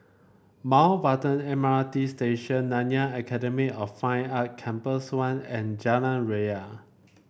Mountbatten M R T Station Nanyang Academy of Fine Art Campus one and Jalan Ria